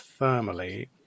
thermally